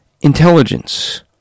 intelligence